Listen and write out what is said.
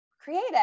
creative